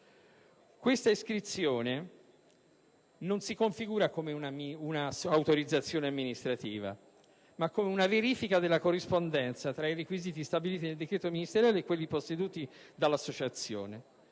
Tale iscrizione non si configura come un'autorizzazione amministrativa, ma come una verifica della corrispondenza tra i requisiti stabiliti nel decreto ministeriale e quelli posseduti dall'associazione.